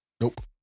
Nope